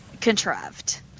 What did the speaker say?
contrived